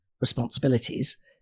responsibilities